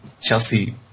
Chelsea